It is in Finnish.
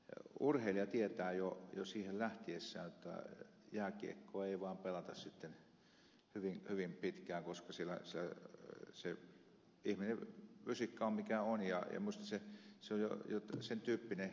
urheilija tietää jo siihen lähtiessään jotta jääkiekkoa ei vaan pelata sitten hyvin pitkään koska ihmisen fysiikka on mikä on minusta se on jo sen tyyppinen lähtökohdaltaan